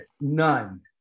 none